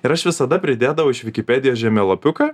ir aš visada pridėdavau iš vikipedijos žemėlapiuką